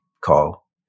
call